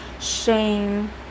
Shane